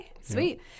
Sweet